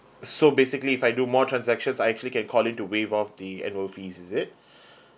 so basically if I do more transactions I actually can call in to waive off the annual fees is it